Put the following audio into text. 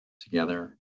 together